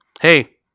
hey